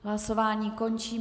Hlasování končím.